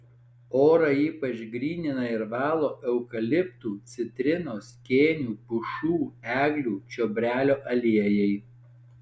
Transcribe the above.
orą ypač grynina ir valo eukaliptų citrinos kėnių pušų eglių čiobrelio aliejai